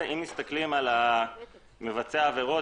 אם מסתכלים על מבצעי העבירות,